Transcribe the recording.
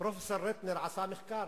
פרופסור רטנר עשה מחקר